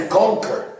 conquer